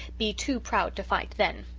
be too proud to fight then.